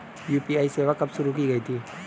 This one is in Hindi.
यू.पी.आई सेवा कब शुरू की गई थी?